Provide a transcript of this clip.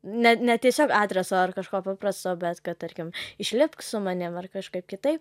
ne ne tiesiog adreso ar kažko paprasto bet kad tarkim išlipk su manim ar kažkaip kitaip